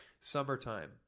summertime